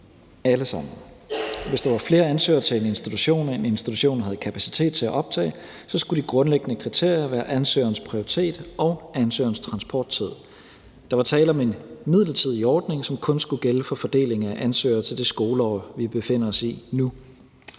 Hvis der var flere ansøgere til en institution, end institutionen havde kapacitet til at optage, skulle de grundlæggende kriterier være ansøgerens prioriteter og ansøgerens transporttid. Der var tale om en midlertidig ordning, som kun skulle gælde for fordeling af ansøgere i det skoleår, vi befinder os i nu.